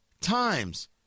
times